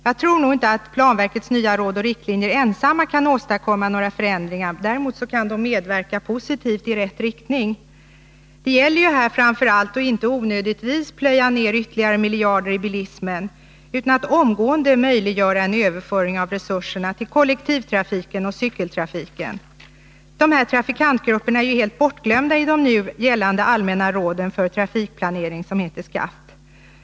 Jag tror inte att planverkets nya råd och riktlinjer ensamma kan åstadkomma några förändringar. Däremot kan de medverka positivt i rätt riktning. Här gäller det ju framför allt att inte onödigtvis plöja ner ytterligare miljarder i bilismen utan att omgående möjliggöra en överföring av Nr 22 resurserna till kollektivtrafiken och cykeltrafiken. Dessa trafikantgrupper är Tisdagen den ju helt bortglömda i de nu gällande allmänna råden för trafikplanering, 10 november 1981 SCAFT.